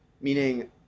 meaning